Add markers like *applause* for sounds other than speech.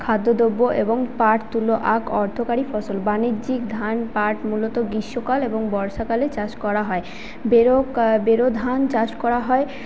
খাদ্যদ্রব্য এবং পাঠ তুলো আখ অর্থকারী ফসল বাণিজ্যিক ধান পাঠ মূলত গ্রীষ্মকাল এবং বর্ষাকালে চাষ করা হয় *unintelligible* বোরো ধান চাষ করা হয়